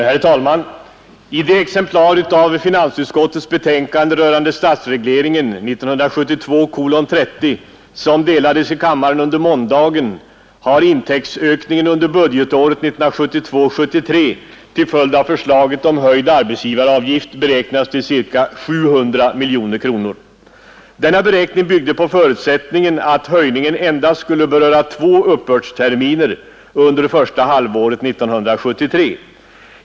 Herr talman! I de exemplar av finansutskottets betänkande rörande statsregleringen, nr 30, som delades i kammaren under måndagen har intäktsökningen under budgetåret 1972/73 till följd av förslaget om höjd arbetsgivaravgift beräknats till ca 700 miljoner kronor . Denna beräkning byggde på förutsättningen att höjningen endast skulle beröra två uppbördsterminer under första halvåret 1973.